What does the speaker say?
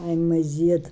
أمۍ مزیٖد